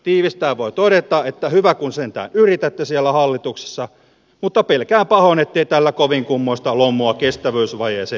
tiivistäen voi todeta että hyvä kun sentään yritätte siellä hallituksessa mutta pelkään pahoin ettei tällä kovin kummoista lommoa kestävyysvajeeseen tehdä